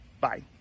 Bye